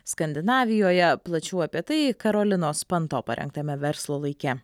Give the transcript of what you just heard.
skandinavijoje plačiau apie tai karolinos panto parengtame verslo laike